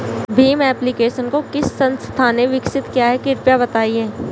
Bhim application को किस संस्था ने विकसित किया है कृपया बताइए?